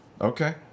Okay